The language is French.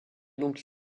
donc